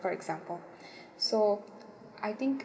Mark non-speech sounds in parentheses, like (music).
for example (breath) so I think